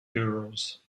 girls